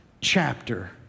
chapter